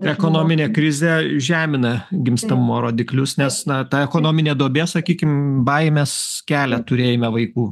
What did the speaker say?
ekonominė krizė žemina gimstamumo rodiklius nes na ta ekonominė duobė sakykim baimes kelia turėjime vaikų